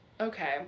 Okay